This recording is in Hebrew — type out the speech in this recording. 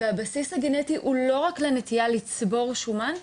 הבסיס הגנטי הוא לא רק לנטייה לצבור שומן,